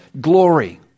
glory